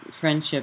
friendship